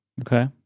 Okay